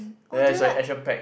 ya ya sorry action pack